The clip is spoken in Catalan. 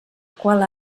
qual